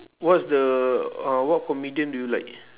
what's the uh what comedian do you like